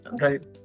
Right